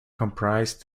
comprised